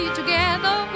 together